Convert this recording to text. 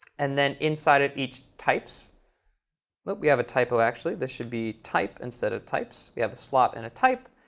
and then inside of each types but we have a typo, actually. this should be type instead of types. we have a slot and a type.